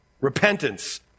repentance